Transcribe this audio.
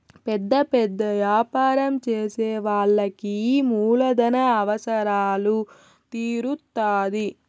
పెద్ద పెద్ద యాపారం చేసే వాళ్ళకి ఈ మూలధన అవసరాలు తీరుత్తాధి